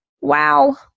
Wow